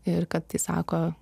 ir kad tai sako